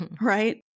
right